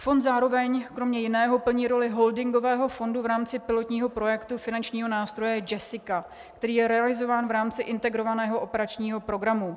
Fond zároveň kromě jiného plní roli holdingového fondu v rámci pilotního projektu finančního nástroje JESSICA, který je realizován v rámci Integrovaného operačního programu.